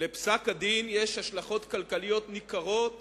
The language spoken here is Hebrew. לפסק-הדין יש השלכות כלכליות ניכרות